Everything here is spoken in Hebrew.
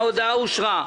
ההודעה אושרה.